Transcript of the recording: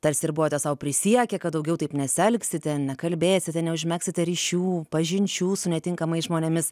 tarsi ir buvote sau prisiekę kad daugiau taip nesielgsite nekalbėsite neužmegsite ryšių pažinčių su netinkamais žmonėmis